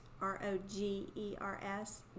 r-o-g-e-r-s